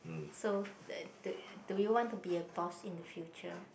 so do do you want to be a boss in the future